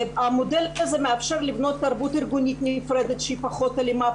מודל כזה מאפשר לבנות תרבות ארגונית נפרדת שהיא פחות אלימה,